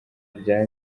bya